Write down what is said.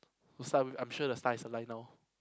the sun I'm sure the star is aligned now